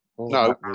No